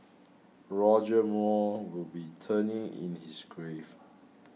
Roger Moore would be turning in his grave